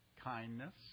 Kindness